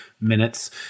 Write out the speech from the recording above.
minutes